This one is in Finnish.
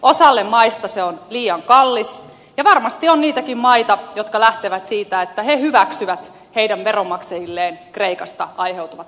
osalle maista se on liian kallis ja varmasti on niitäkin maita jotka lähtevät siitä että he hyväksyvät heidän veronmaksajilleen kreikasta aiheutuvat